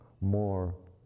more